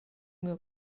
miu